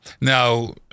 Now